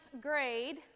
grade